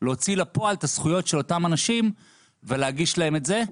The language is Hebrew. להוציא לפועל את הזכויות של אותם אנשים ולהגיש להם את זה.